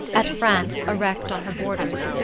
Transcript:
at france erect on her borders.